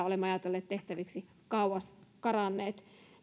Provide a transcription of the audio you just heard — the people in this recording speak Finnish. olemme ajatelleet tehtäviksi ovat kauas karanneet